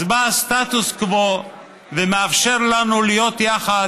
אז בא הסטטוס קוו ומאפשר לנו להיות יחד,